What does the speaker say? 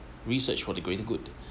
research for the greater good